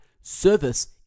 Service